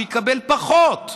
הוא יקבל פחות.